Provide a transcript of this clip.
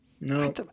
No